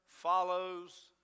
follows